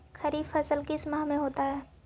खरिफ फसल किस माह में होता है?